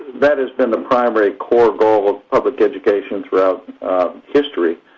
that has been the primary core goal of public education throughout history.